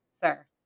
sir